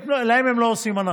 להם הם לא עושים הנחה.